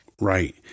Right